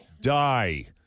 die